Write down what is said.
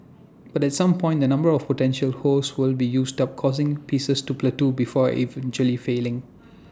but at some point the number of potential hosts would be used up causing prices to plateau before eventually falling